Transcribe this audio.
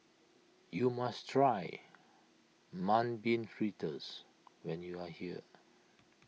you must try Mung Bean Fritters when you are here